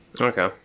Okay